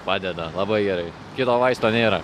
padeda labai gerai kito vaisto nėra